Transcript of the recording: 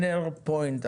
אנרפוינט,